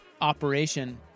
operation